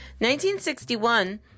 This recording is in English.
1961